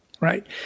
Right